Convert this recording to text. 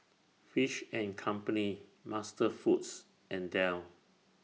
Fish and Company MasterFoods and Dell